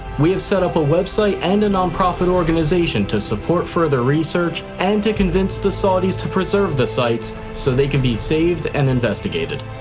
we have set up a website and a nonprofit organization to support further research and to convince the saudis to preserve the sites so they can be saved and investigated.